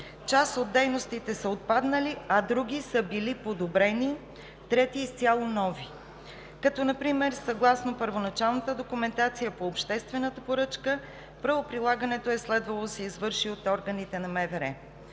Част от дейностите са отпаднали, други са били подобрени, а трети са изцяло нови. Например съгласно първоначалната документация по обществената поръчка правоприлагането е следвало да се извърши от органите на МВР.